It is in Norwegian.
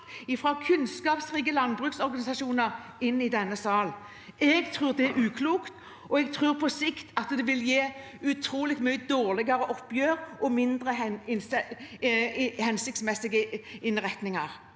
fra kunnskapsrike landbruksorganisasjoner og inn i denne sal. Jeg tror det er uklokt, og jeg tror det på sikt vil gi et utrolig mye dårligere oppgjør og mindre hensiktsmessige innretninger.